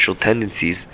tendencies